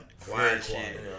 quiet